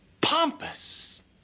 pompous